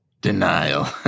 Denial